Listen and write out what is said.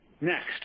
Next